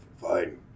fine